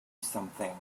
something